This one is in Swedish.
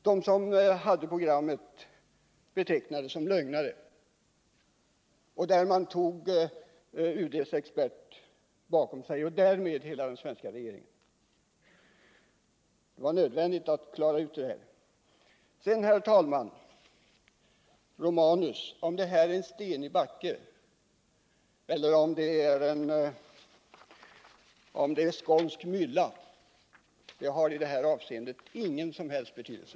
De som kom med de anklagelserna stödde sig på en expert inom UD och därmed på hela den svenska regeringen. Det var därför nödvändigt att klara ut den här frågan. Om området är en stenig backe eller innehåller fet mylla har i detta sammanhang ingen som helst betydelse.